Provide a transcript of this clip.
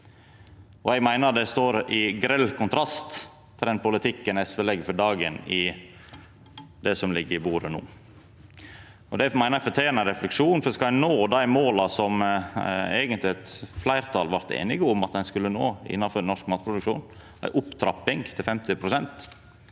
Eg meiner det står i grell kontrast til den politikken SV legg for dagen i det som ligg på bordet no. Det meiner eg fortener refleksjon, for skal ein nå dei måla som eit fleirtal blei einige om at ein skulle nå innanfor norsk matproduksjon, med ei opptrapping til 50 pst.,